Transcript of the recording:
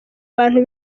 bantu